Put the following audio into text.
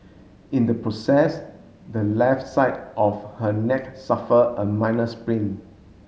in the process the left side of her neck suffer a minor sprain